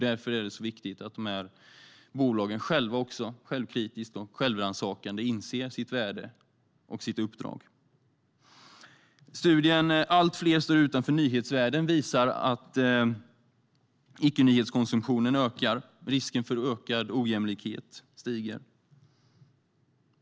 Därför är det viktigt att bolagen självkritiskt och självrannsakande inser sitt värde och sitt uppdrag. visar att icke-nyhetskonsumtionen ökar. Risken för ökad ojämlikhet stiger.